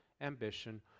ambition